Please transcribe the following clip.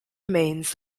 remains